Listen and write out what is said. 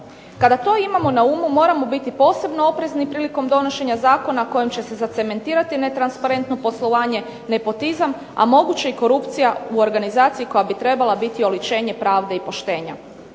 Kada to imamo na umu moramo biti posebno oprezni prilikom donošenja zakona kojim će se zacementirati netransparentno poslovanje nepotizam, a moguće i korupcija u organizaciji koja bi trebala biti oličenje pravde i poštenja.